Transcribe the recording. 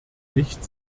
nicht